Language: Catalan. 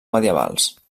medievals